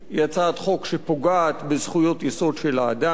היא הצעת חוק שפוגעת בזכויות יסוד של האדם,